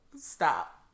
stop